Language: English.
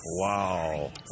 Wow